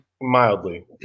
Mildly